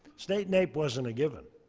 state naep wasn't a given.